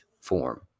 form